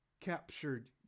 captured